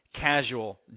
casual